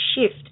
shift